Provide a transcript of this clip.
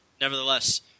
nevertheless